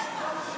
הוא לא נימק למה.